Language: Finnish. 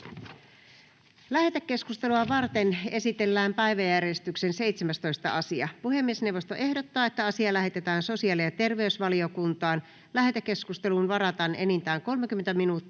Lähetekeskustelua varten esitellään päiväjärjestyksen 17. asia. Puhemiesneuvosto ehdottaa, että asia lähetetään sosiaali- ja terveysvaliokuntaan. Lähetekeskusteluun varataan enintään 30 minuuttia.